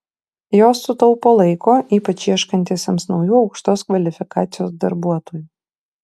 jos sutaupo laiko ypač ieškantiesiems naujų aukštos kvalifikacijos darbuotojų